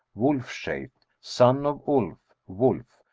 wolf-shaped, son of ulf, wolf,